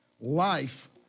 Life